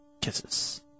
Kisses